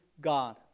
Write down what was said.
God